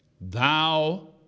Thou